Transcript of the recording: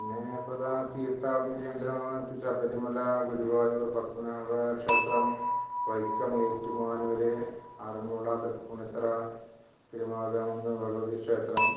പിന്നെ പ്രധാന തീർത്ഥാടന കേന്ദ്രങ്ങൾ തിച്ച് ശബരിമല ഗുരുവായൂർ പത്മനാഭ ക്ഷേത്രം വൈക്കം ഏറ്റുമാനൂർ ആറന്മുള തൃപ്പൂണിത്തറ തിരുമാന്ധാംകുന്ന് ഭഗവതി ക്ഷേത്രം